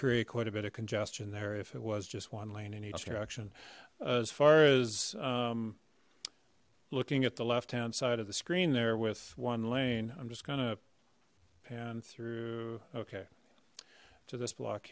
create quite a bit of congestion there if it was just one lane in each direction as far as looking at the left hand side of the screen there with one lane i'm just gonna pan through okay to this block